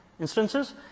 instances